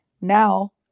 Now